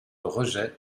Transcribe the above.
rejet